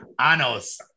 Anos